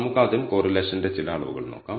നമുക്ക് ആദ്യം കോറിലേഷന്റെ ചില അളവുകൾ നോക്കാം